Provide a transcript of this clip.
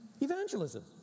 evangelism